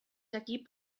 equip